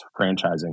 franchising